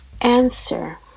answer